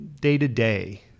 day-to-day